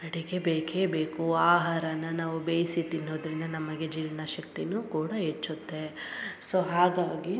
ಅಡಿಗೆ ಬೇಕೇ ಬೇಕು ಆಹಾರನ ನಾವು ಬೇಯಿಸಿ ತಿನ್ನೊದರಿಂದ ನಮಗೆ ಜೀರ್ಣ ಶಕ್ತಿನು ಕೂಡ ಹೆಚ್ಚುತ್ತೆ ಸೊ ಹಾಗಾಗಿ